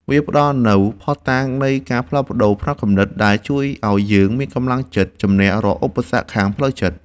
វាផ្ដល់នូវភស្តុតាងនៃការផ្លាស់ប្តូរផ្នត់គំនិត ដែលជួយឱ្យយើងមានកម្លាំងចិត្តជម្នះរាល់ឧបសគ្គខាងផ្លូវចិត្ត។